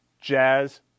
jazz